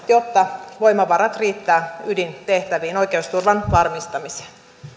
jotta voimavarat riittävät ydintehtäviin oikeusturvan varmistamiseen